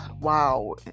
wow